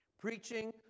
Preaching